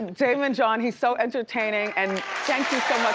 daymond john, he's so entertaining. and thank you so much